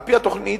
על-פי התוכנית,